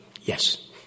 yes